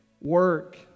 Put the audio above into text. work